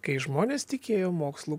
kai žmonės tikėjo mokslu